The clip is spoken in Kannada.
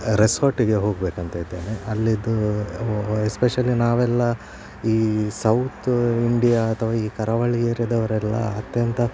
ರೆಸಾರ್ಟ್ಗೆ ಹೋಗಬೇಕಂತ ಇದ್ದೇನೆ ಅಲ್ಲಿದು ಎಸ್ಪೆಶಲಿ ನಾವೆಲ್ಲ ಈ ಸೌತ್ ಇಂಡಿಯಾ ಅಥವಾ ಈ ಕರಾವಳಿ ಏರಿಯಾದವರೆಲ್ಲ ಅತ್ಯಂತ